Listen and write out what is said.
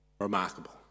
remarkable